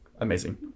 amazing